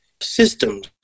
systems